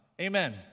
amen